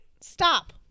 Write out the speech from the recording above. Stop